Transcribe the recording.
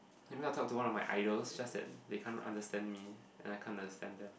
maybe I will talk to one of my idols just that they can't understand me and I can't understand them